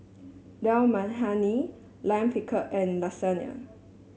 Dal Makhani Lime Pickle and Lasagne